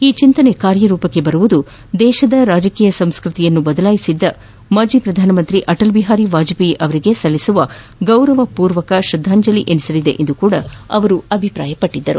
ಈ ಚಿಂತನೆ ಕಾರ್ಯರೂಪಕ್ಕೆ ಬರುವುದು ದೇಶದ ರಾಜಕೀಯ ಸಂಸ್ಕೃತಿಯನ್ನು ಬದಲಾಯಿಸಿದ ಮಾಜಿ ಪ್ರಧಾನಮಂತ್ರಿ ಅಟಲ್ ಬಿಹಾರಿ ವಾಜಪೇಯಿ ಅವರಿಗೆ ಸಲ್ಲಿಸುವ ಗೌರವ ಪೂರ್ವಕ ಶ್ರದ್ದಾಂಜಲಿ ಎನಿಸಲಿದೆ ಎಂದು ಕೂಡ ಅವರು ಅಭಿಪ್ರಾಯಪಟ್ಟಿದ್ದರು